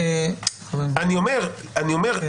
חברים, לא.